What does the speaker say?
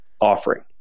offering